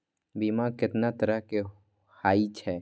बीमा केतना तरह के हाई छै?